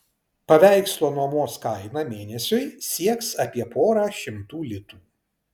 paveikslo nuomos kaina mėnesiui sieks apie porą šimtų litų